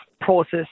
process